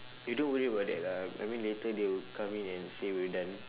you don't worry about that lah I mean later they will come in and say we're done